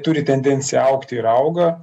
turi tendenciją augti ir auga